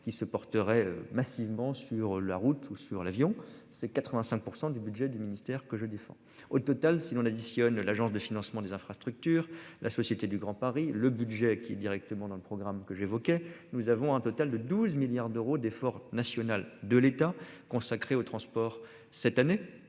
qui se porterait massivement sur la route ou sur l'avion, c'est 85% du budget du ministère que je défends. Au total, si l'on additionne l'Agence de financement des infrastructures. La Société du Grand Paris. Le budget qui est directement dans le programme que j'évoquais. Nous avons un total de 12 milliards d'euros d'effort national de l'État consacré aux transports cette année